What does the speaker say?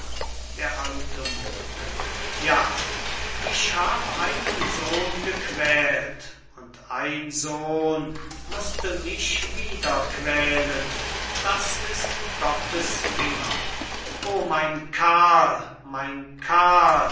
d a moor ja ich hab einen sohn gequält und ein sohn mußte mich wieder quälen das ist gottes finger o mein karl mein karl